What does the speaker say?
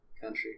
country